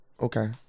Okay